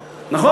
נכון.